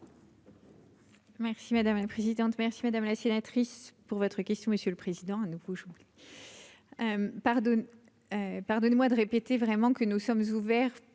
Merci madame la présidente, merci madame la sénatrice pour votre question, Monsieur le Président, à nouveau, pardonnez, pardonnez-moi de répéter vraiment que nous sommes ouverts